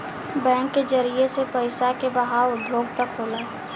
bank के जरिए से पइसा के बहाव उद्योग तक होला